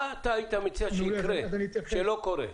מה אתה היית מציע שיקרה שלא קורה?